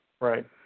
Right